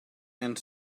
and